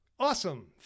Awesome